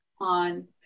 on